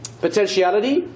potentiality